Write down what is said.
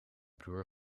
broer